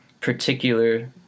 particular